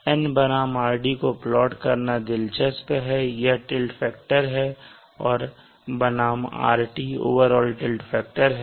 N बनाम Rd को plot करना दिलचस्प है यह टिल्ट फैक्टर है और बनाम rt overall tilt factor है